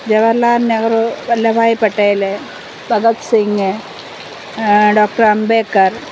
Jawaharlal Nehru Vallabhbhai Patel Bhagat Singh doctor Ambedkar